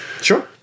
Sure